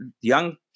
young